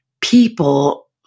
people